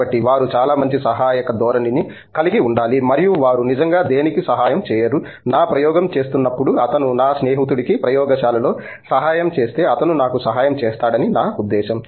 కాబట్టి వారు చాలా మంచి సహాయక ధోరణిని కలిగి ఉండాలి మరియు వారు నిజంగా దేనికి సహాయం చేయరు నా ప్రయోగం చేస్తున్నప్పుడు అతను నా స్నేహితుడికి ప్రయోగశాలలో సహాయం చేస్తే అతను నాకు సహాయం చేస్తాడని నా ఉద్దేశ్యం